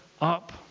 up